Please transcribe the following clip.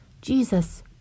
Jesus